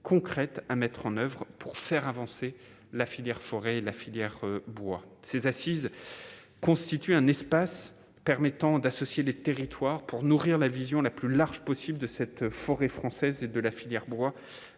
concrètes à mettre en oeuvre pour faire avancer la filière forêt la filière bois, ces assises constitue un espace permettant d'associer les territoires pour nourrir la vision la plus large possible de cette forêt française et de la filière bois